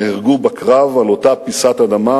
"נהרגו בקרב על אותה פיסת אדמה,